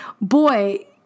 boy